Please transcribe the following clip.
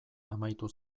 amaitu